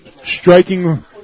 Striking